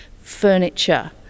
furniture